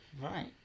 Right